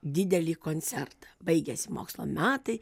didelį koncertą baigiasi mokslo metai